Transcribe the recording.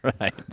right